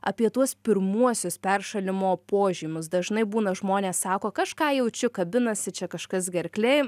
apie tuos pirmuosius peršalimo požymius dažnai būna žmonės sako kažką jaučiu kabinasi čia kažkas gerklėj